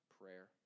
prayer